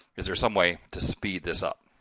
is there some way to speed this up?